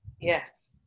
Yes